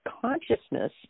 consciousness